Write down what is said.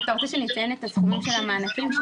אתה רוצה שנציין את סכומי המענקים?